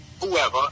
whoever